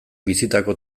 bizitako